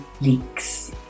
leaks